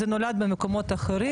זה נולד במקומות אחרים.